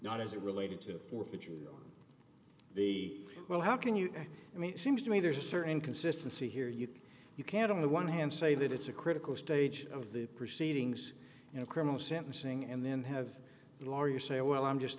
not as it related to forfeiture the well how can you i mean it seems to me there's a certain inconsistency here you can you can't on the one hand say that it's a critical stage of the proceedings in a criminal sentencing and then have a lawyer say well i'm just